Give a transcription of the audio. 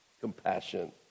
compassion